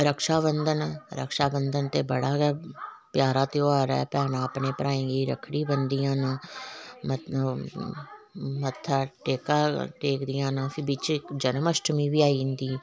रक्षा बंधन रक्षा बंधन ते बड़ा गै प्यारा त्योहार ऐ भैना अपने भ्रां गी रक्खडी बनदी ना मत्थे टिक्का लांदी ना फिर बिच इक जन्मअष्ठमी बी आई जंदी